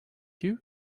you